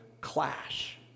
clash